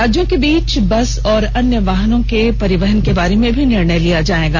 राज्यों के बीच बस और अन्य वाहनों के परिवहन के बारे में भी निर्णय लिया जाएगा